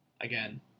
Again